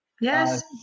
Yes